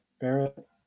Barrett